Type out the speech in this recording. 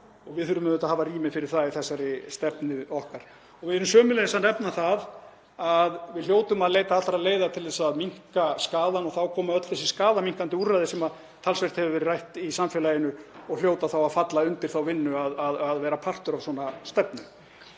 við þurfum að hafa rými fyrir það í þessari stefnu okkar. Við nefnum hér sömuleiðis að við hljótum að leita allra leiða til að minnka skaðann og þá koma öll þessi skaðaminnkandi úrræði, sem talsvert hafa verið rædd í samfélaginu, og hljóta þá að falla undir þá vinnu að vera partur af svona stefnu.